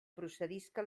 procedisca